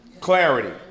clarity